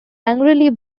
angrily